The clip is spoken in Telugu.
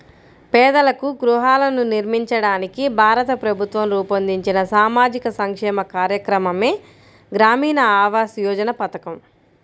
పేదలకు గృహాలను నిర్మించడానికి భారత ప్రభుత్వం రూపొందించిన సామాజిక సంక్షేమ కార్యక్రమమే గ్రామీణ ఆవాస్ యోజన పథకం